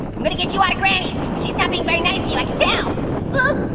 i'm gonna get you out of granny's, because she's not being very nice to you, i can tell! ooh,